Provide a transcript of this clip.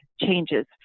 changes